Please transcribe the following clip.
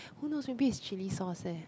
who knows maybe it's chilli sauce eh